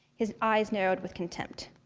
his eyes narrowed with contempt.